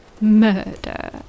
Murder